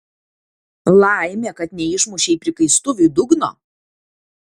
laimė kad neišmušei prikaistuviui dugno